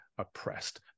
oppressed